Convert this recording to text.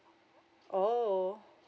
!oho!